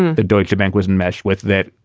the deutschebank was and mesh with that.